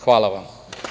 Hvala vam.